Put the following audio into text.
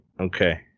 Okay